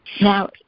Now